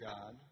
God